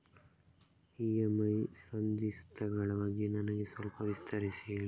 EMI ಸಂಧಿಸ್ತ ಗಳ ಬಗ್ಗೆ ನಮಗೆ ಸ್ವಲ್ಪ ವಿಸ್ತರಿಸಿ ಹೇಳಿ